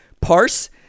parse